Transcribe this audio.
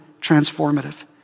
transformative